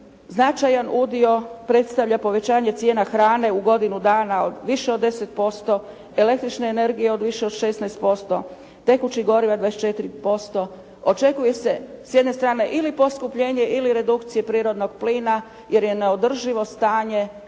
značajan udio predstavlja povećanje cijena hrane u godinu dana od više od 10%, električne energije od više od 16%, tekućih goriva 24%. Očekuje se s jedne strane ili poskupljenje ili redukcije prirodnog plina jer je neodrživo stanje